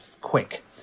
quick